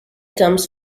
comes